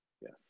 yes